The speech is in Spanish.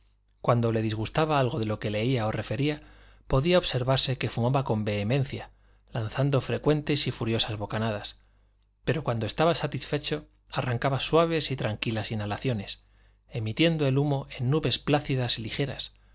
cuando le disgustaba algo de lo que se leía o refería podía observarse que fumaba con vehemencia lanzando frecuentes y furiosas bocanadas pero cuando estaba satisfecho arrancaba suaves y tranquilas inhalaciones emitiendo el humo en nubes plácidas y ligeras